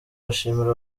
bashimira